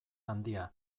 handia